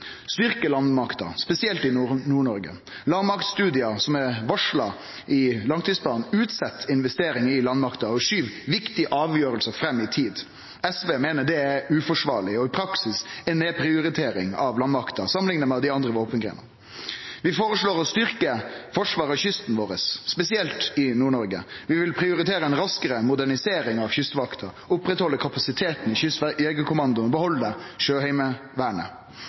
landmakta, spesielt i Nord-Noreg. Landmaktstudien som er varsla i langtidsplanen, utset investering i landmakta og skyv viktige avgjerder fram i tid. SV meiner det er uforsvarleg og i praksis ei nedprioritering av landmakta samanlikna med dei andre våpengreinene. Vi føreslår å styrkje forsvaret av kysten vår, spesielt i Nord-Noreg. Vi vil prioritere ei raskare modernisering av Kystvakta, oppretthalde kapasiteten i Kystjegerkommandoen, behalde Sjøheimevernet.